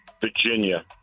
Virginia